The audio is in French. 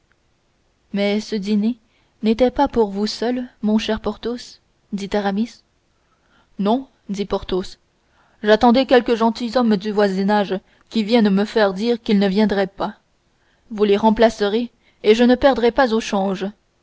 mais ce dîner n'était pas pour vous seul mon cher porthos dit aramis non dit porthos j'attendais quelques gentilshommes du voisinage qui viennent de me faire dire qu'ils ne viendraient pas vous les remplacerez et je ne perdrai pas au change